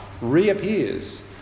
reappears